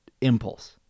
impulse